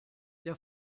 der